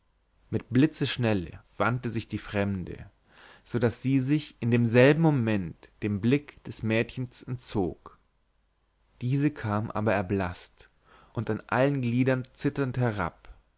mit blitzesschnelle wandte sich die fremde so daß sie sich in demselben moment dem blick des mädchens entzog diese kam aber erblaßt und an allen gliedern zitternd herab